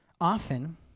Often